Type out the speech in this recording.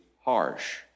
harsh